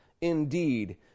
indeed